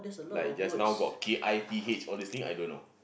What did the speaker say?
like just now got K I T H all these thing I don't know